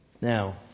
Now